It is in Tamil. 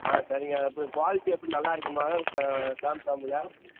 ஆ சரிங்க இப்போ குவாலிட்டி எப்படி நல்லாயிருக்குமாங்க சா சாம்சாம்கில்